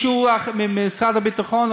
שר הביטחון,